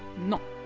not